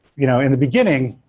you know in the beginning,